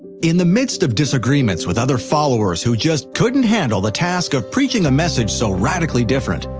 in the midst of disagreements with other followers who just couldn't handle the task of preaching a message so radically different,